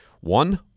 one